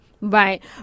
Right